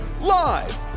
live